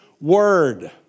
word